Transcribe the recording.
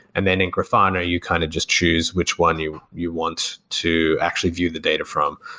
and then in grafana you kind of just choose which one you you want to actually view the data from.